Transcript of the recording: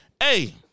Hey